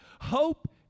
Hope